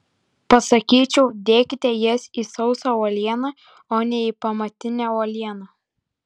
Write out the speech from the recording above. pasakyčiau dėkite jas į sausą uolieną o ne į pamatinę uolieną